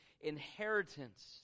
inheritance